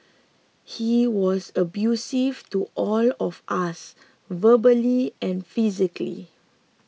he was abusive to all of us verbally and physically